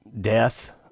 death